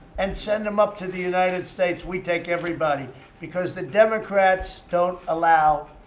and send them up to the united states. we take everybody because the democrats don't allow